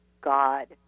God